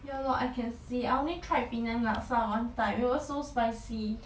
ya lor I can see I only try penang laksa one time it was so spicy